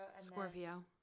Scorpio